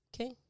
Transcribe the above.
Okay